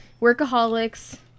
workaholics